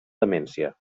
demència